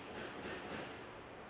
oh